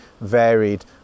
varied